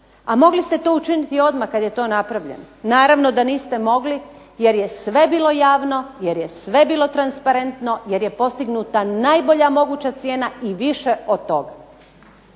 a mogli ste to učiniti odmah kada je to napravljeno. Naravno da niste mogli jer je sve bilo javno, jer je sve bilo transparentno, jer je postignuta najbolja moguća cijena i više od toga.